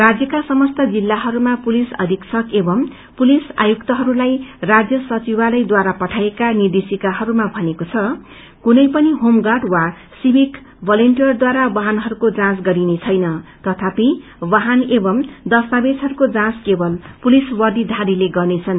राज्यका समस्त जिल्लाहरूमा पुलिस अधीक्षक एवं पुलिस आयुक्तहरूलाई राज्य सचिवालयद्वारा पठाइएका निर्देश्किाहरूमा भनिएको छ कुनै पनि होमगार्ड वा सिविक वलेन्टियरद्वारा वाहनहरूको जाँच गरिनेछैन तथापि वाहन दस्तावेजहरूको जाँच केवल पुलिस वर्दीघारीले गन्नेछन्